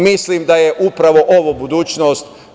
Mislim da je upravo ovo budućnost.